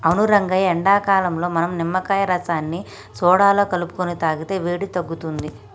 అవును రంగయ్య ఎండాకాలంలో మనం నిమ్మకాయ రసాన్ని సోడాలో కలుపుకొని తాగితే వేడి తగ్గుతుంది